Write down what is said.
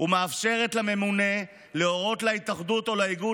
ומאפשרת לממונה להורות להתאחדות או לאיגוד